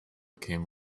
came